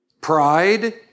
Pride